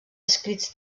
escrits